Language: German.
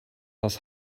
das